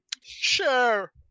Sure